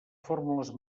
fórmules